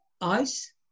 ice